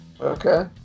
Okay